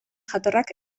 jatorrak